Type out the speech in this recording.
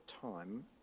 time